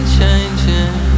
changing